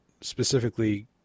specifically